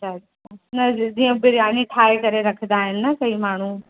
अच्छा अच्छा न रि जीअं बिरयानी ठाहे करे रखंदा आहिनि न कई माण्हू